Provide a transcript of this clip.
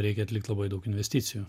reikia atlikt labai daug investicijų